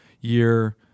year